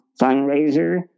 fundraiser